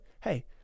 hey